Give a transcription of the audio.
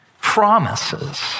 promises